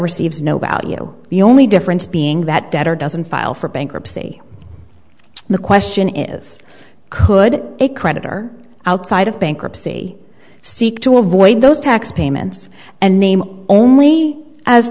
receives no value the only difference being that debtor doesn't file for bankruptcy the question is could a creditor outside of bankruptcy seek to avoid those tax payments and name only as